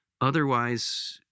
otherwise